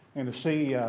and to see